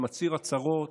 שמצהיר הצהרות